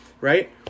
right